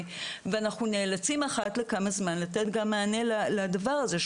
ואנחנו נאלצים אחת לכמה זמן לתת גם מענה לדבר הזה.